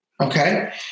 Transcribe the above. Okay